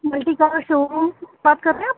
multi car showroom بات کر رہے ہیں آپ